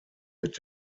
mit